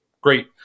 great